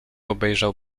obejrzał